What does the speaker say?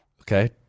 Okay